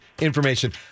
information